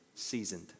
Seasoned